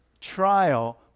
trial